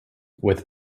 with